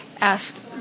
asked